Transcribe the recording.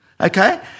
okay